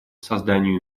созданию